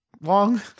long